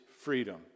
freedom